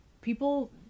people